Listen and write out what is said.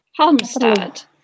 Halmstad